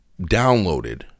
downloaded